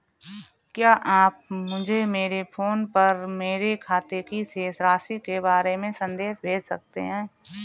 क्या आप मुझे मेरे फ़ोन पर मेरे खाते की शेष राशि के बारे में संदेश भेज सकते हैं?